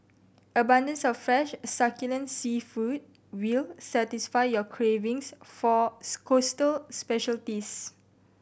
abundance of fresh succulent seafood will satisfy your cravings for coastal specialities